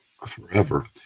forever